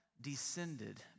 descended